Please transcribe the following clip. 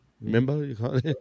Remember